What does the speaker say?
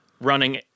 running